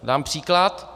Dám příklad.